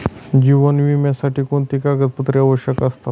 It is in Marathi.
जीवन विम्यासाठी कोणती कागदपत्रे आवश्यक असतात?